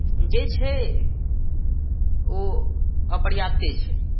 जे छै ओ अपर्याप्ते छै